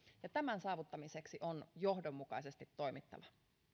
ja tämän saavuttamiseksi on johdonmukaisesti toimittava